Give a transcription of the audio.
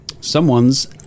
Someone's